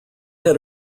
had